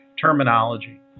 terminology